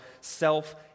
self